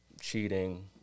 cheating